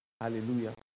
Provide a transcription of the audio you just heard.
Hallelujah